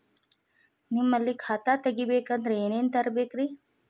ನಿಮ್ಮಲ್ಲಿ ಖಾತಾ ತೆಗಿಬೇಕಂದ್ರ ಏನೇನ ತರಬೇಕ್ರಿ?